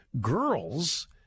girls